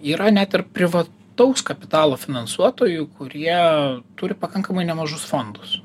yra net ir privataus kapitalo finansuotojų kurie turi pakankamai nemažus fondus